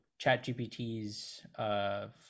ChatGPT's